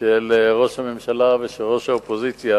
של ראש הממשלה ושל ראש האופוזיציה,